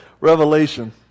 Revelation